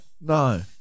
No